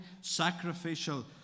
sacrificial